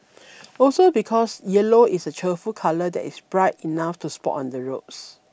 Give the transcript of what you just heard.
also because yellow is a cheerful colour that is bright enough to spot on the roads